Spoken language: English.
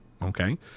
Okay